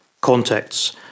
contexts